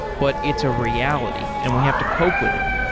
but it's a reality, and we have to cope with it.